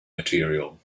material